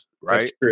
right